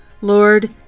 lord